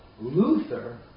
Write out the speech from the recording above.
Luther